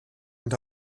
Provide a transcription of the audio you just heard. und